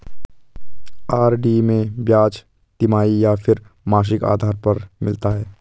RD में ब्याज तिमाही या फिर मासिक आधार पर मिलता है?